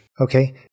Okay